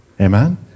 Amen